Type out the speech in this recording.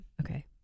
Okay